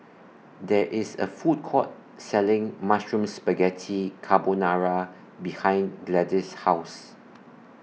There IS A Food Court Selling Mushroom Spaghetti Carbonara behind Gladis' House